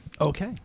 Okay